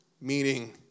Meaning